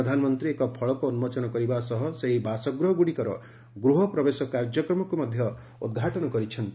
ପ୍ରଧାନମନ୍ତୀ ଏକ ଫଳକ ଉନ୍କୋଚନ କରିବା ସହ ସେହି ବାସଗୃହଗୁଡ଼ିକର ଗୃହ ପ୍ରବେଶ କାର୍ଯ୍ୟକ୍ରମକୁ ଉଦ୍ଘାଟନ କରିଛନ୍ତି